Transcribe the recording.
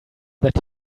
that